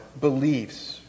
beliefs